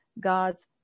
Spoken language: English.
God's